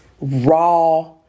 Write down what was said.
raw